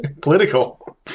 political